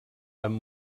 amb